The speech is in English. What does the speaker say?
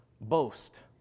boast